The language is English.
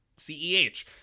CEH